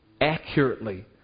accurately